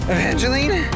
Evangeline